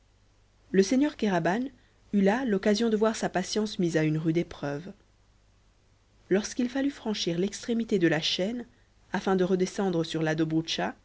le seigneur kéraban eut là l'occasion de voir sa patience mise à une rude épreuve lorsqu'il fallut franchir l'extrémité de la chaîne afin de redescendre sur la